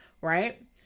right